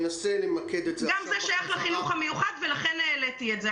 גם זה קשור לחינוך המיוחד, לכן העליתי את זה.